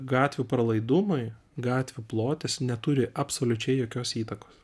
gatvių pralaidumui gatvių plotis neturi absoliučiai jokios įtakos